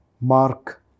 Mark